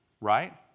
Right